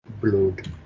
Blood